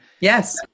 Yes